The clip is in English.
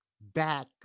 back